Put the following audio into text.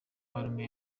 marume